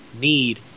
need